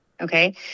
okay